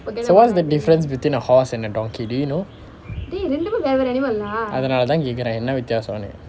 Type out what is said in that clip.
so what's the difference between a horse and a donkey do you know அதனாலே தான் கேட்கிறேன் என்ன வித்தியாசம்ன்னு:athanaalae thaan kaetkiren enna vithiyaasamnnu